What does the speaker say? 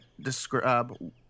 describe